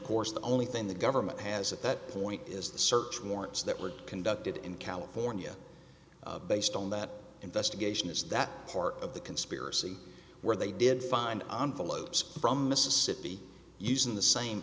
course the only thing the government has at that point is the search warrants that were conducted in california based on that investigation is that part of the conspiracy where they did find on follows from mississippi using the same